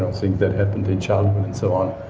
and things that happened in childhood and so on.